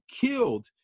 killed